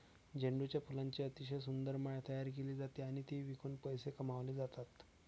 झेंडूच्या फुलांची अतिशय सुंदर माळ तयार केली जाते आणि ती विकून पैसे कमावले जातात